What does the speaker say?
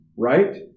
right